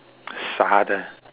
shit